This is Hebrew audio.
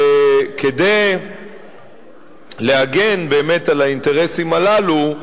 כדי להגן על האינטרסים הללו,